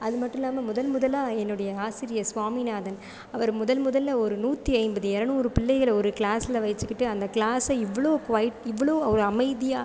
அதுமட்டுல்லாமல் முதல் முதலாக என்னுடைய ஆசிரியர் ஸ்வாமிநாதன் அவர் முதல் முதலில் ஒரு நூற்றிஐம்பது இரநூறு பிள்ளைகளில் ஒரு கிளாஸ்லே வச்சுக்கிட்டு அந்த கிளாசை இவ்வளோ க்வைட் இவ்வளோ ஒரு அமைதியாக